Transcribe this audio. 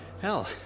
Hell